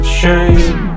shame